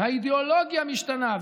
האידיאולוגיה משתנה,